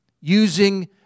using